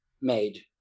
made